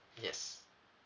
yes